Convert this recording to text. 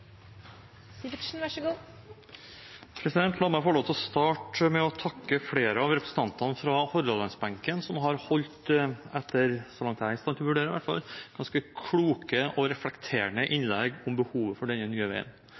La meg få lov til å starte med å takke flere av representantene fra Hordalandsbenken, som har holdt – så langt jeg er i stand til å vurdere, i alle fall – ganske kloke og reflekterte innlegg om behovet for denne